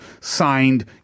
signed